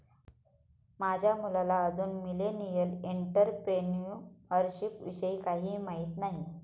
माझ्या मुलाला अजून मिलेनियल एंटरप्रेन्युअरशिप विषयी काहीही माहित नाही